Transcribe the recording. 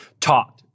taught